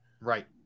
right